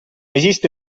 esiste